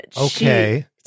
Okay